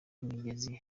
imigezi